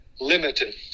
Limited